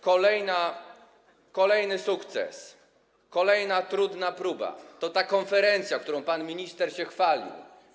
kolejny sukces, kolejna trudna próba to ta konferencja, którą pan minister się chwalił.